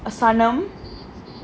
from a sanam